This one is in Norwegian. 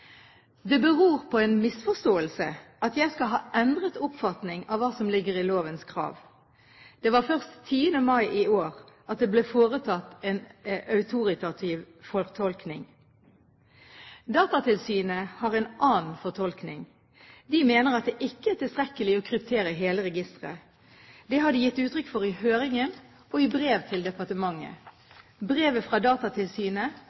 Det beror på en misforståelse at jeg skal ha endret oppfatning av hva som ligger i lovens krav. Det var først 10. mai i år at det ble foretatt en autoritativ fortolkning. Datatilsynet har en annen fortolkning. De mener at det ikke er tilstrekkelig å kryptere hele registeret. Det har de gitt uttrykk for i høringen og i brev til departementet. Brevet fra Datatilsynet